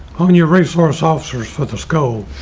on your resource officers for the sco,